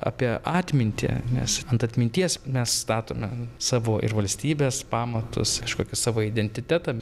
apie atmintį nes ant atminties mes statome savo ir valstybės pamatus kažkokį savo identitetą